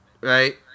right